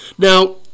Now